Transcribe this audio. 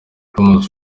thomas